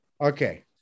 Okay